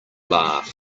laugh